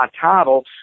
title